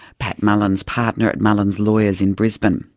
pat mullins, partner at mullins lawyers in brisbane.